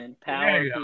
Power